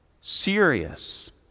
serious